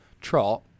Trot